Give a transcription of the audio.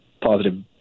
positive